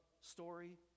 story